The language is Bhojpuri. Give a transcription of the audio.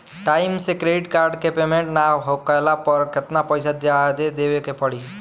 टाइम से क्रेडिट कार्ड के पेमेंट ना कैला पर केतना पईसा जादे देवे के पड़ी?